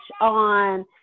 on